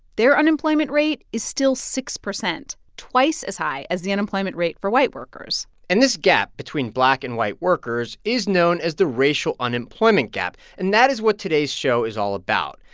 their unemployment rate is still six percent, twice as high as the unemployment rate for white workers and this gap between black and white workers is known as the racial unemployment gap. and that is what today's show is all about.